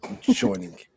joining